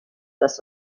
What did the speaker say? was